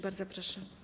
Bardzo proszę.